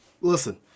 Listen